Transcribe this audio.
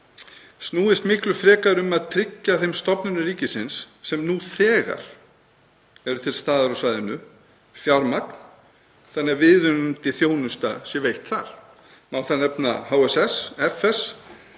snúist miklu frekar um að tryggja þeim stofnunum ríkisins sem nú þegar eru til staðar á svæðinu fjármagn þannig að viðunandi þjónusta sé veitt þar. Má þar nefna HSS, FS,